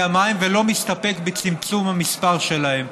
המים ולא מסתפק בצמצום המספר שלהם.